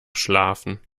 schlafen